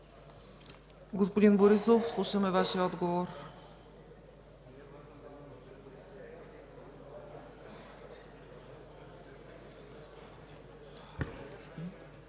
Господин Борисов, слушаме Вашия отговор.